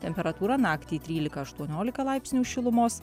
temperatūra naktį trylika aštuoniolika laipsnių šilumos